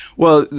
well,